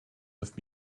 neuf